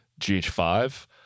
GH5